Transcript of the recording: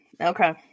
okay